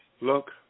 Look